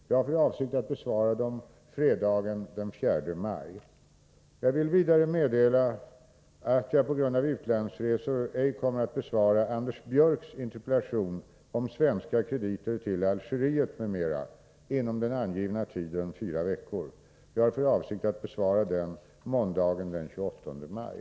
Jag har för avsikt att besvara dessa interpellationer fredagen den 4 maj. Jag vill vidare meddela att jag på grund av utlandsresor ej kommer att besvara Anders Björcks interpellation om svenska krediter till Algeriet, m.m. inom den angivna tiden fyra veckor. Jag har för avsikt att besvara denna interpellation måndagen den 28 maj.